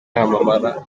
yamamara